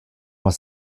was